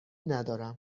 ندارم